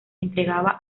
entregaba